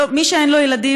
מי שאין לו ילדים,